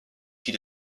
she